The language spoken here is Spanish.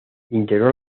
integró